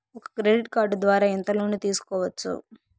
ఒక credit card ద్వారా ఎంత లోను తీసుకోవచ్చు?